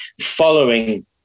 following